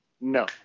No